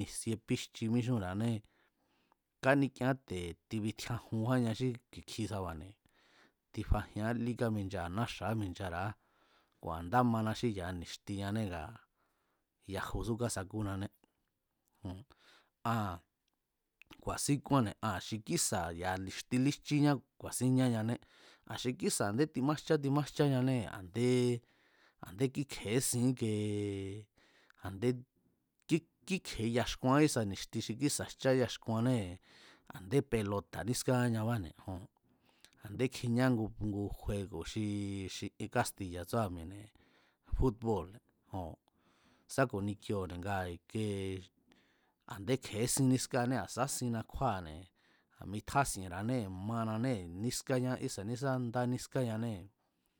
nísie pijchi míxúnra̱anée̱ káník'ieán te̱ tibitjiajunkjúánña xí ki̱kjisaba̱ne̱, tifajian lí kaminchara̱a náxa̱ kaminchara̱á kua̱ nda mana xí ya̱a ni̱xtiñané ngaa ̱ yajusú kasakúnané jon aa̱n ku̱a̱sín kúanne̱ an xi kísa̱ ya̱a ni̱xti líjchíñá ku̱a̱sín ñáñane aa̱n xi kísa̱ ya̱a a̱nde timájchá timájcháñanée̱ a̱ndé, a̱ndé kíkje̱esin íkee a̱ndé kíkje̱e yaxkuan kísa ni̱xti xi kísa̱ jcha yaxkuánnée̱ ndé pelota̱ nískáañabáne̱ jon a̱ndé kjiñá ngu juego̱ xi xi ien kástiya̱ tsúra̱ mi̱e̱ fút bóo̱lne̱ joo̱n sa ku̱ni kioo̱ne̱ kiee a̱nde kje̱ésín nískáanée̱ a̱ sá sinna kjúáa̱ne̱ a̱ mitjási̱e̱nra̱anee̱ mananée̱ nískáñá ísa̱ní sá ndá nískáñanée̱